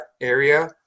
area